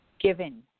given